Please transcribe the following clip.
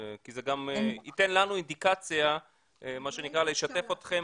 כי זה גם ייתן לנו אינדיקציה לשתף אתכם